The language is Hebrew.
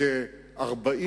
כ-40